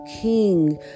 king